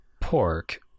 Pork